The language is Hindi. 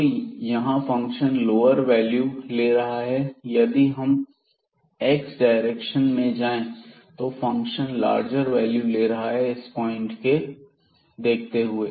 तो यहां फंक्शन लोअर वैल्यू ले रहा है लेकिन यदि हम x डायरेक्शन में जाएं तो फंक्शन लार्जर वैल्यू ले रहा है इस पॉइंट के देखते हुए